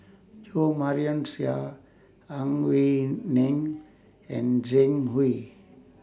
Jo Marion Seow Ang Wei Neng and Zhang Hui